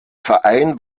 verein